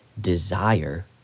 desire